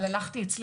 אבל הלכתי אצלנו,